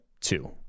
two